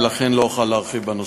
ולכן לא אוכל להרחיב בנושא.